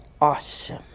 awesome